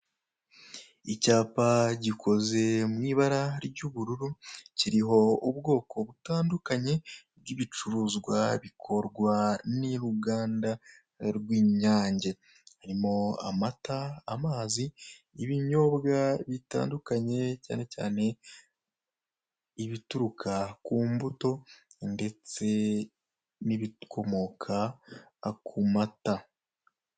Icyapa gikoze mu ibara ry'ubururu kiriho ubwoko butandukanye bw'ibicuruzwa bikorwa n'uruganda rw'Inyange. Harimo amata, amazi, ibinyobwa bitandukanye cyane cyane ibituruka ku mbuto ndetse n'ibikomoka ku mata.